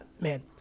man